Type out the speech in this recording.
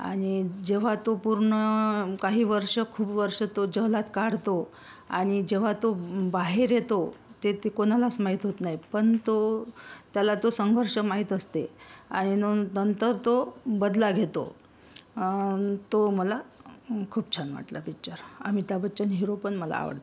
आणि जेव्हा तो पूर्ण काही वर्ष खूप वर्ष तो जेलात काढतो आणि जेव्हा तो बाहेर येतो ते ते कोणालाच माहीत होत नाही पण तो त्याला तो संघर्ष माहीत असते आणि नं नंतर तो बदला घेतो तो मला खूप छान वाटला पिच्चर अमिताभ बच्चन हिरो पण मला आवडते